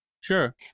Sure